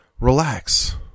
relax